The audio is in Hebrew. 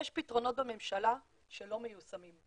יש פתרונות בממשלה שלא מיושמים.